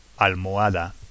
almohada